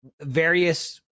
various